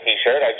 T-shirt